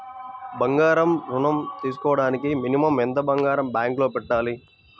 బంగారం ఋణం తీసుకోవడానికి మినిమం ఎంత బంగారం బ్యాంకులో పెట్టాలి?